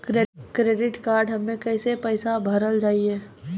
Credit card हम्मे कैसे पैसा भरल जाए?